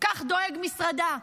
כך דואג משרדה.